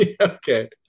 okay